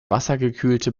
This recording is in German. wassergekühlte